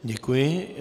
Děkuji.